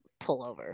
pullover